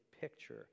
picture